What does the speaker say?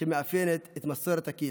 שמאפיינת את מסורת הקהילה.